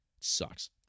sucks